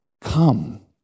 come